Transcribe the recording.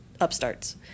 upstarts